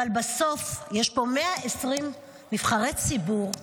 אבל בסוף יש פה 120 נבחרי ציבור,